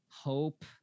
hope